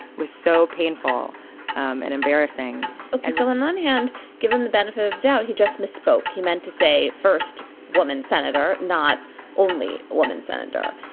was so painful and embarrassing like and ellen unhand give him the benefit of doubt. he just misspoke. he meant to say, first woman, senator, not only woman, senator.